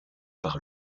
par